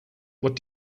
what